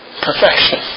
perfection